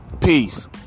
peace